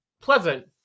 pleasant